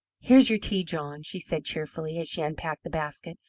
here's your tea, john, she said cheerfully, as she unpacked the basket,